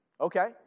Okay